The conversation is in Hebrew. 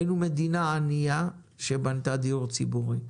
היינו מדינה ענייה שבנתה דיור ציבורי.